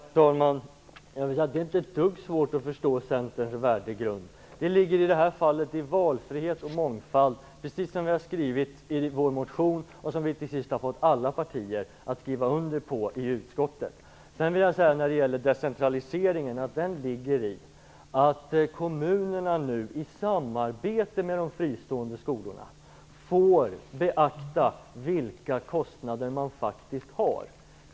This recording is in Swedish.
Herr talman! Det är inte ett dugg svårt att förstå Centerns värdegrund. Det handlar i det här fallet om valfrihet och mångfald, precis som vi har skrivit i vår motion och som vi till sist har fått alla partier att skriva under på i utskottet. Decentraliseringen ligger i att kommunerna nu i samarbete med de fristående skolorna får beakta vilka kostnader man faktiskt har.